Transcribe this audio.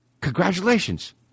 Congratulations